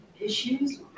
issues